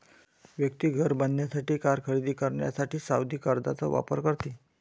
व्यक्ती घर बांधण्यासाठी, कार खरेदी करण्यासाठी सावधि कर्जचा वापर करते